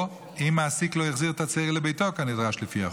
או אם מעסיק לא החזיר את הצעיר לביתו כנדרש לפי החוק,